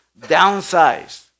downsize